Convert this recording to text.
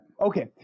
Okay